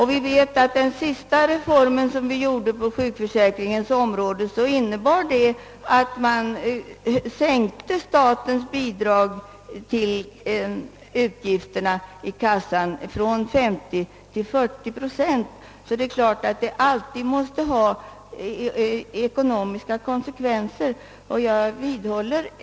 Den senaste reformen på sjukförsäkringens område medförde att statens bidrag till utgifterna för sjukförsäkringen måste sänkas från 50 till 40 procent. även den nu föreslagna ändringen måste få ekonomiska konsekvenser.